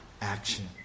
action